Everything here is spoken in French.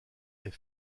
est